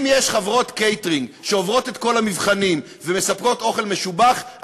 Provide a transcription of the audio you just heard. אם יש חברות קייטרינג שעוברות את כל המבחנים ומספקות אוכל משובח,